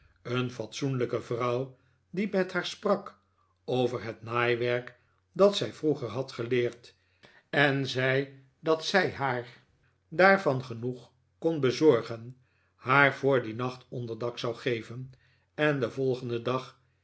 een fatsoenlijke vrouw die met haar sprak over het naaiwerk dat zij vroeger had geleerd en zei dat zij haar daarvan genoeg kon bezorgen haar voor dien nacht onderdak zou geven en den volgenden dag